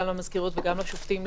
גם למזכירות וגם לשופטים,